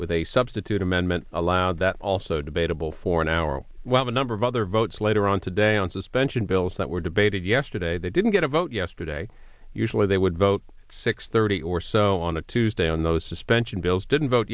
with a substitute amendment allowed that also debatable for an hour while a number of other votes later on today on suspension bills that were debated yesterday they didn't get a vote yesterday usually they would vote six thirty or so on a tuesday on those suspension bills didn't vote